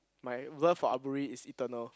my love for aburi is eternal